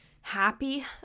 happy